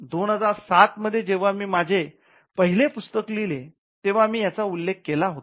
२००७ मध्ये जेव्हा मी माझे पहिले पुस्तक लिहिले तेव्हा मी याचा उल्लेख केला होता